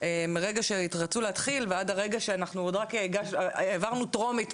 מהרגע בו רצו להתחיל ועד הרגע שהעברנו טרומית,